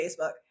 Facebook